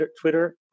Twitter